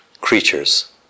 creatures